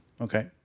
Okay